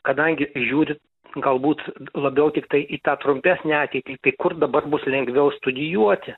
kadangi žiūri galbūt labiau tiktai į tą trumpesnę ateitį tai kur dabar bus lengviau studijuoti